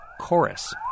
chorus